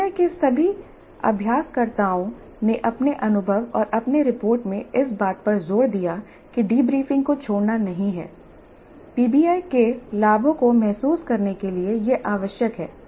PBI के सभी अभ्यासकर्ताओं ने अपने अनुभव और अपनी रिपोर्ट में इस बात पर जोर दिया है कि डीब्रीफिंग को छोड़ना नहीं है पीबीआई के लाभों को महसूस करने के लिए यह आवश्यक है